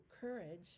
courage